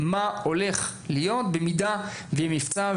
מה הולך להיות במידה שיהיה מבצע,